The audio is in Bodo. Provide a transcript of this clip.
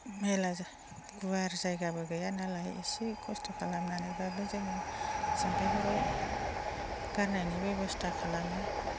मेरला गुवार जायगा गैयानालाय एसे खस्थ' खालामनानैब्लाबो जोङो जाम्फैफोराव गारनायनि बेबस्था खालामो